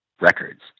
records